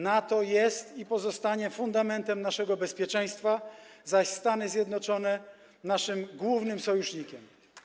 NATO jest i pozostanie fundamentem naszego bezpieczeństwa, zaś Stany Zjednoczone - naszym głównym sojusznikiem.